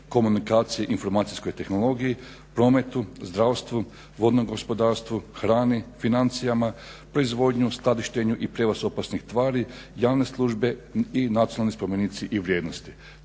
komunikaciji, informacijskoj tehnologiji, prometu, zdravstvu, vodnom gospodarstvu, hrani, financijama, proizvodnji, skladištenju i prijevozu opasnih tvari, javne službe i nacionalni spomenici i vrijednosti.